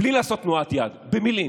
בלי לעשות תנועת יד, במילים.